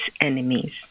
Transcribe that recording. enemies